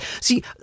See